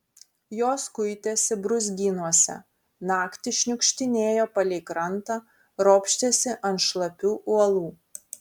jos kuitėsi brūzgynuose naktį šniukštinėjo palei krantą ropštėsi ant šlapių uolų